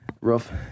rough